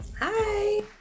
hi